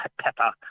pepper